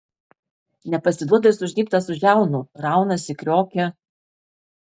nepasiduoda ir sužnybtas už žiaunų raunasi kriokia